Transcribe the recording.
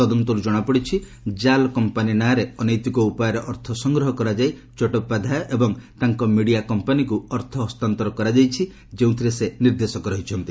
ତଦନ୍ତରୁ ଜଣାପଡ଼ିଛି ଜାଲ୍ କମ୍ପାନୀ ନାଁରେ ଅନୈତିକ ଉପାୟରେ ଅର୍ଥ ସଂଗ୍ରହ କରାଯାଇ ଚଟୋପାଧ୍ଘାୟ ଏବଂ ତାଙ୍କ ମିଡ଼ିଆ କମ୍ପାନୀକୁ ଅର୍ଥ ହସ୍ତାନ୍ତର କରାଯାଇଛି ଯେଉଁଥିରେ ସେ ନିର୍ଦ୍ଦେଶକ ରହିଛନ୍ତି